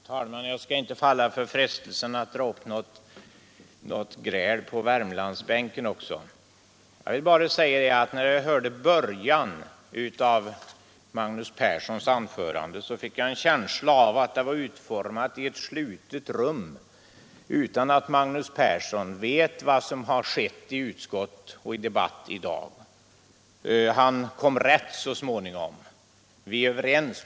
Herr talman! Jag skall inte falla för frestelsen att dra upp något gräl på Värmlandsbänken. Jag vill bara säga att när jag hörde början av Magnus Perssons anförande fick jag en känsla av att det var utformat i ett slutet rum och utan att Magnus Persson vet vad som skett i utskott tidigare och under debatten i dag. Men han kom rätt så småningom.